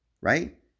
right